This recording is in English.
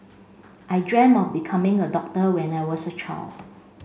I dreamt of becoming a doctor when I was a child